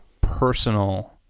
personal